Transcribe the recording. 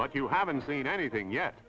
but you haven't seen anything yet